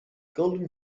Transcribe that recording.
golden